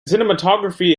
cinematography